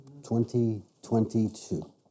2022